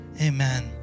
Amen